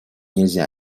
нельзя